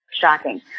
shocking